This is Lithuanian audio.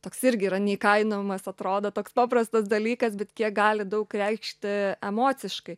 toks irgi yra neįkainojamas atrodo toks paprastas dalykas bet kiek gali daug reikšti emociškai